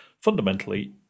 Fundamentally